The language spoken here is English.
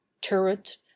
turret